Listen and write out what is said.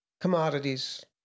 commodities